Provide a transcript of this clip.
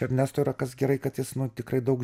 ernesto yra kas gerai kad jis nu tikrai daug